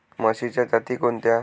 म्हशीच्या जाती कोणत्या?